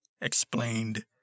explained